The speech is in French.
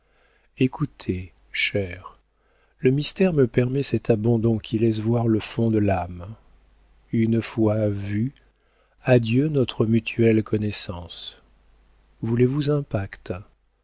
écoutez cher le mystère me permet cet abandon qui laisse voir le fond de l'âme une fois vue adieu notre mutuelle connaissance voulez-vous un